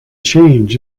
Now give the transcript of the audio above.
change